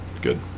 Good